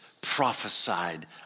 prophesied